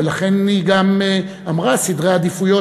ולכן היא גם אמרה: סדרי עדיפויות,